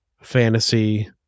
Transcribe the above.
fantasy